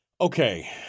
Okay